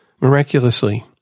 Miraculously